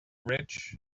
rich